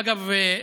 אגב,